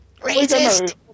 Racist